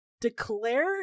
declare